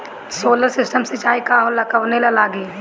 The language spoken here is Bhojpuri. सोलर सिस्टम सिचाई का होला कवने ला लागी?